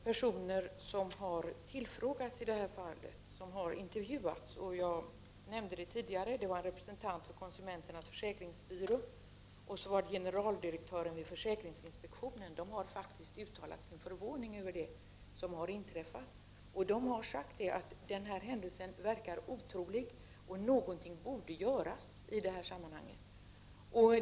Herr talman! De personer som har intervjuats, jag nämnde tidigare att det var en representant för konsumenternas försäkringsbyrå och generaldirektören för försäkringsinspektionen, har faktiskt uttalat sin förvåning över det som har inträffat. De har sagt att den här händelsen verkar otrolig och att något borde göras.